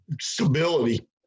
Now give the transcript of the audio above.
stability